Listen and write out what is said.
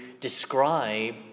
describe